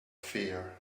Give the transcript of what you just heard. fear